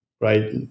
right